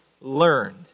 learned